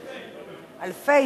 אלפי.